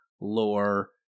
lore